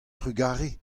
trugarez